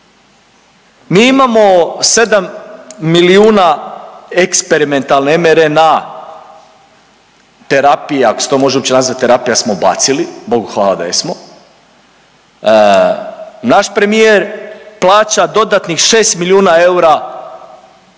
Mi imamo sedam milijuna eksperimentalne MRNA terapija, ako se to uopće može nazvat terapija smo bacili, Bogu hvala da jesmo, naš premijer plaća dodatnih šest milijuna eura